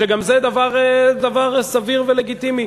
שגם זה דבר סביר ולגיטימי.